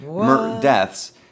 deaths